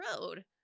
road